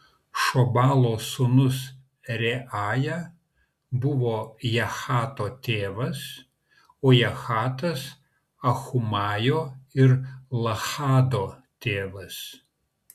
šobalo sūnus reaja buvo jahato tėvas o jahatas ahumajo ir lahado tėvas